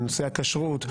בנושא הכשרות,